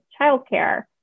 childcare